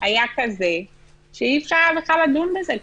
היה כזה שאי-אפשר היה בכלל לדון בזה קודם,